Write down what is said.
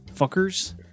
Fuckers